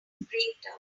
breakdown